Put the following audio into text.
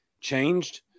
changed